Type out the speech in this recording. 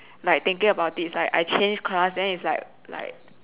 like thinking about it is like I change class then it's like like